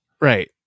Right